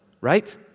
Right